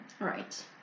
Right